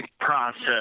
process